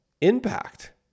impact